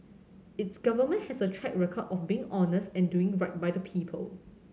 its Government has a track record of being honest and doing right by the people